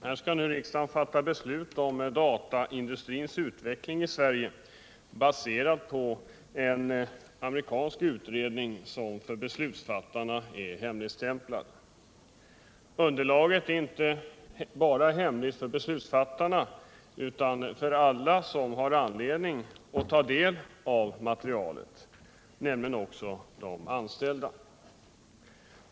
Herr talman! Riksdagen skall här fatta beslut om dataindustrins utveckling i Sverige, baserat på en amerikansk utredning som för beslutsfattarna är hemligstämplad. Underlaget är hemligt inte bara för beslutsfattarna utan även för alla som har anledning att ta del av materialet, nämligen de anställda.